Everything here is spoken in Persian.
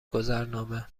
گذرنامه